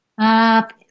up